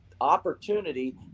opportunity